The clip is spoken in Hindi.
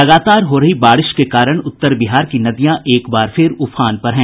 लगातार हो रही बारिश के कारण उत्तर बिहार की नदियां एक बार फिर उफान पर है